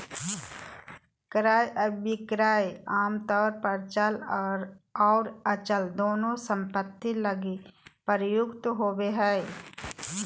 क्रय अभिक्रय आमतौर पर चल आर अचल दोनों सम्पत्ति लगी प्रयुक्त होबो हय